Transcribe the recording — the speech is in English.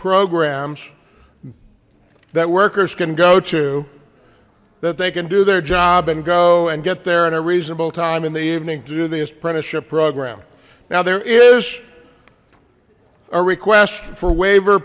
programs that workers can go to that they can do their job and go and get there in a reasonable time in the evening to do this apprenticeship program now there is a request for waiver